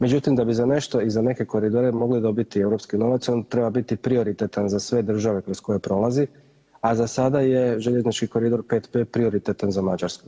Međutim da bi za nešto i za neke koridore mogli dobiti europski novac on treba biti prioritetan za sve države kroz koje prolazi, a za sada je željeznički koridor 5B prioritetan za Mađarsku.